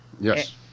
Yes